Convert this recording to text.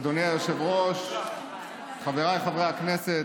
אדוני היושב-ראש, חבריי חברי הכנסת,